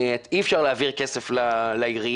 אי אפשר להעביר כסף לעירייה.